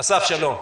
אסף, שלום.